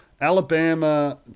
Alabama